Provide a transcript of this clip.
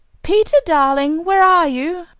peter, darling, where are you?